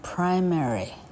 Primary